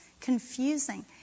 confusing